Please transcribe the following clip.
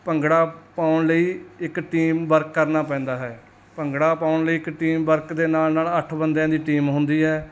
ਭੰਗੜਾ ਪਾਉਣ ਲਈ ਇੱਕ ਟੀਮ ਵਰਕ ਕਰਨਾ ਪੈਂਦਾ ਹੈ ਭੰਗੜਾ ਪਾਉਣ ਲਈ ਇੱਕ ਟੀਮ ਵਰਕ ਦੇ ਨਾਲ ਨਾਲ ਅੱਠ ਬੰਦਿਆਂ ਦੀ ਟੀਮ ਹੁੰਦੀ ਹੈ